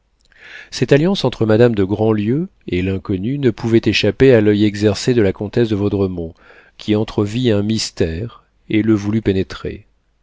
cette alliance entre madame de grandlieu et l'inconnue ne pouvait échapper à l'oeil exercé de la comtesse de vaudremont qui entrevit un mystère et le voulut pénétrer